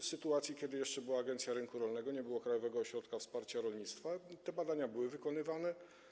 W sytuacji kiedy jeszcze była Agencja Rynku Rolnego, a nie było Krajowego Ośrodka Wsparcia Rolnictwa, te badania były wykonywane.